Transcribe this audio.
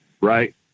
right